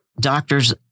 doctors